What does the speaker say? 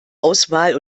auswahl